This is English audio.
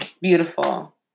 Beautiful